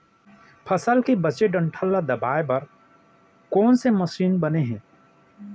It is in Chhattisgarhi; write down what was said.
फसल के बचे डंठल ल दबाये बर कोन से मशीन बने हे?